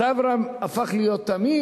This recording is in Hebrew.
מתי אברהם הפך להיות תמים?